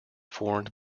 formed